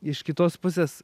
iš kitos pusės